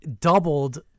doubled